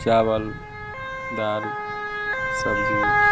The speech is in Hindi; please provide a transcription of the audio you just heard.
चावल दाल सब्ज़ी